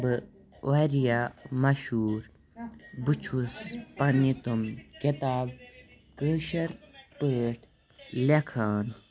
بہٕ واریاہ مَشہوٗر بہٕ چھُس پَننہِ تِم کِتاب کٲشٕر پٲٹھۍ لیکھان